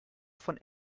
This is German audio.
von